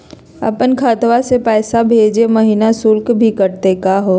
अपन खतवा से पैसवा भेजै महिना शुल्क भी कटतही का हो?